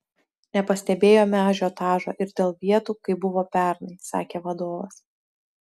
nepastebėjome ažiotažo ir dėl vietų kaip buvo pernai sakė vadovas